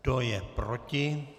Kdo je proti?